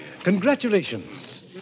congratulations